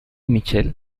michele